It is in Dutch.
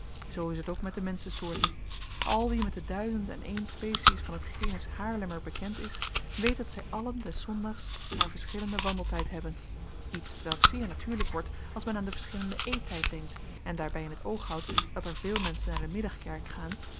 zoo is het ook met de menschensoorten al wie met de duizend en een species van het genus haarlemmer bekend is weet dat zij allen des zondags haar verschillenden wandeltijd hebben iets t welk zeer natuurlijk wordt als men aan den verschillenden eettijd denkt en daarbij in t oog houdt dat er veel menschen naar de middagkerk gaan